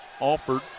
Alford